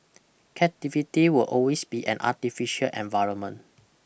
captivity will always be an artificial environment